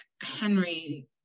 Henry